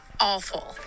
awful